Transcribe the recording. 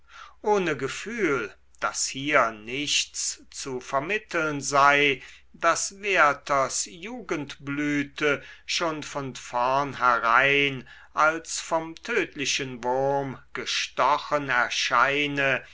ohne gefühl daß hier nichts zu vermitteln sei daß werthers jugendblüte schon von vornherein als vom tödlichen wurm gestochen erscheine